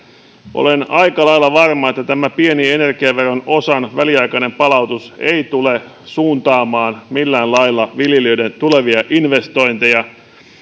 olen aika lailla varma että tämä pieni energiaveron osan väliaikainen palautus ei tule suuntaamaan millään lailla viljelijöiden tulevia investointeja